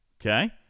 Okay